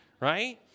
right